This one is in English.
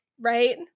right